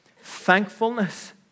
Thankfulness